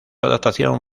adaptación